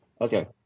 Okay